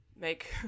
make